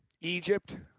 Egypt